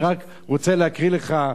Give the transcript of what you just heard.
אני רק רוצה להקריא לך,